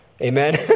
Amen